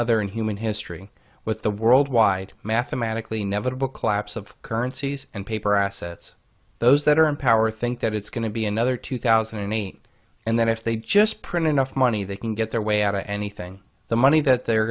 other in human history with the worldwide mathematically never book collapse of currencies and paper assets those that are in power think that it's going to be another two thousand and eight and then if they just print enough money they can get their way out of anything the money that they